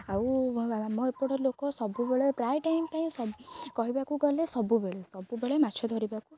ଆଉ ଆମ ଏପଟ ଲୋକ ସବୁବେଳେ ପ୍ରାୟ ଟାଇମ୍ ପାଇଁ କହିବାକୁ ଗଲେ ସବୁବେଳେ ସବୁବେଳେ ମାଛ ଧରିବାକୁ